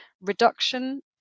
reduction